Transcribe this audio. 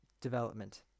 development